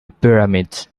pyramids